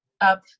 up